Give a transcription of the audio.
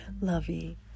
lovey